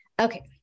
Okay